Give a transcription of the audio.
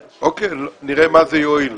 נראה מה זה יועיל.